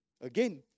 Again